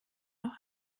noch